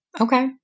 Okay